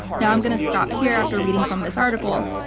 now, i'm going to stop here after reading from this article,